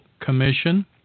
Commission